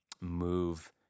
move